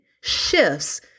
shifts